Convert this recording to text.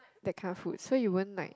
that kind of food so you won't like